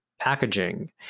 packaging